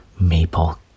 Maple